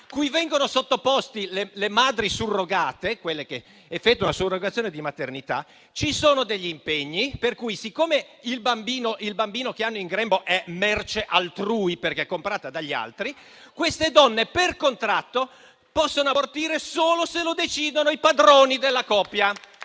cui vengono sottoposte le madri surrogate, quelle che effettuano la surrogazione di maternità, ci sono degli impegni per cui, siccome il bambino che hanno in grembo è merce altrui, perché comprata dagli altri, queste donne, per contratto, possono abortire solo se lo decide la coppia,